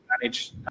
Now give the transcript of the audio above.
manage